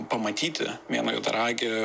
pamatyti mėnuo juodaragį